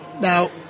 Now